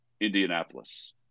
Indianapolis